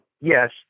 yes –